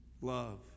Love